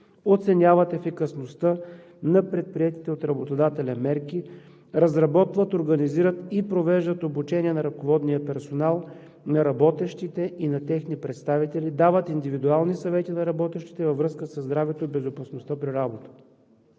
оценяват ефикасността на предприетите от работодателя мерки, разработват, организират и провеждат обучение на ръководния персонал, на работещите и на техни представители, дават индивидуални съвети на работещите във връзка със здравето и безопасността при работа.